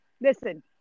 listen